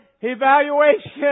Evaluation